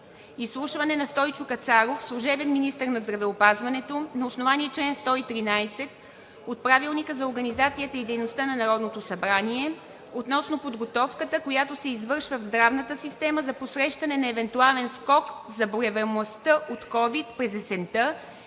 Изслушване на Стойчо Кацаров – служебен министър на здравеопазването, на основание чл. 113 от Правилника за организацията и дейността на Народното събрание относно подготовката, която се извършва в здравната система за посрещане на евентуален скок в заболеваемостта от ковид през есента